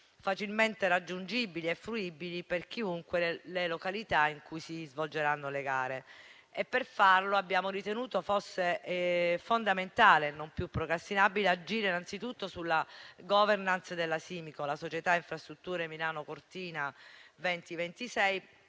facilmente raggiungibili e fruibili per chiunque le località in cui si svolgeranno le gare. Per farlo abbiamo ritenuto che fosse fondamentale e non più procrastinabile agire innanzitutto sulla *governance* della Simico, la società Infrastrutture Milano Cortina 2020-2026,